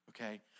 okay